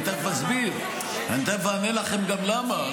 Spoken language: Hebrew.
אני תכף אסביר, אני תכף אענה לכם גם למה.